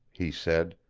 he said.